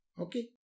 Okay